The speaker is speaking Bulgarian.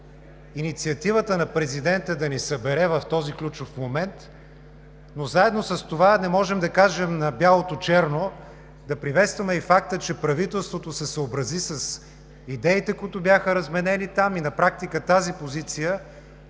инициативата на президента да ни събере в този ключов момент, но заедно с това не можем да кажем на бялото черно – да приветстваме и факта, че правителството се съобрази с идеите, които бяха разменени там, и на практика тази позиция,